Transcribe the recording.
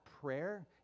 prayer